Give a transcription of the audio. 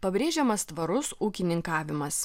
pabrėžiamas tvarus ūkininkavimas